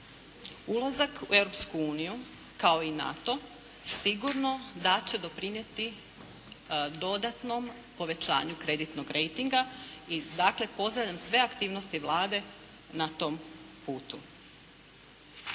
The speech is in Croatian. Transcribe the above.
uniju kao i NATO sigurno da će doprinijeti dodatnom povećanju kreditnog rejtinga. I dakle, pozdravljam sve aktivnosti Vlade na tom putu.